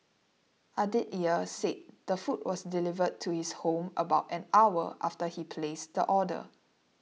Aditya said the food was delivered to his home about an hour after he placed the order